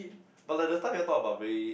but like that time you all talk about very